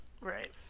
Right